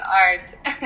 art